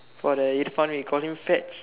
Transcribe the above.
for the Irfan we call him fats